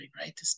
right